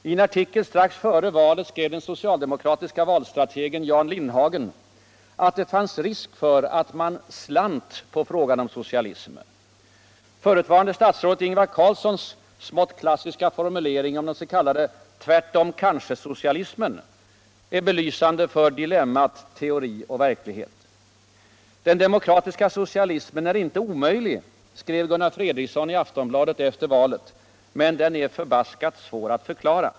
I en artikel strax före valet skrev den socialdemokratiske valstrategen Jan Cindhagen att det fånns risk för alt man ”stlant på frågan om socialism” Förutvarande statsrådet Ingvar Carlssons smätt klassiska formulering om den s.k. tvärtom-kanske-socialismen är belysande för dilemmat tcori och verkhighet. ”Den demokratiska soeialismen är inte omöjlig” - skrev Gunnar Eredriksson i Aftonbladet efter valet - ”men den är förbaskat svår att förklara.